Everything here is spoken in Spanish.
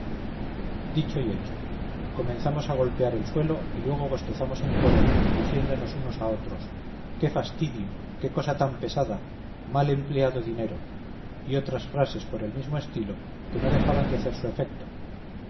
dicho y hecho comenzamos a golpear el suelo y luego bostezamos en coro diciéndonos unos a otros qué fastidio qué cosa tan pesada mal empleado dinero y otras frases por el mismo estilo que no dejaban de hacer su efecto